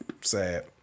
sad